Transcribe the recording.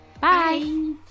Bye